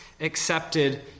accepted